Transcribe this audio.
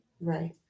Right